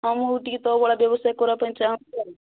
ହଁ ମୁଁ ଟିକେ ତୋ ଭଳିଆ ବ୍ୟବସାୟ କରିବା ପାଇଁ ଚାହୁଁଛି ଆଉ